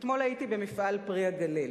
אתמול הייתי במפעל "פרי הגליל".